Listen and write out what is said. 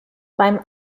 beim